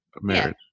marriage